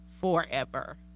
forever